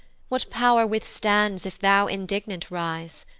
what pow'r withstands if thou indignant rise?